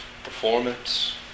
performance